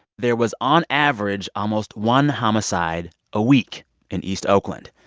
there was on average almost one homicide a week in east oakland.